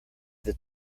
that